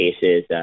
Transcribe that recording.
cases